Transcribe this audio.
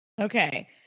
Okay